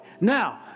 Now